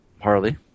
Harley